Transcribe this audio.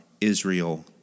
Israel